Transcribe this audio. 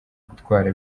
gutwara